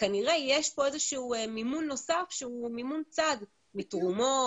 כנראה יש פה איזשהו מימון נוסף שהוא מימון צד מתרומות,